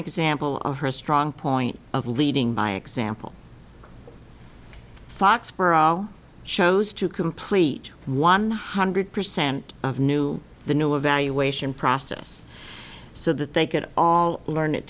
example of her strong point of leading by example foxboro chose to complete one hundred percent of new the new evaluation process so that they could all learn it